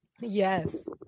Yes